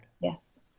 Yes